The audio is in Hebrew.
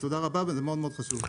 ותודה רבה וזה מאוד מאוד חשוב.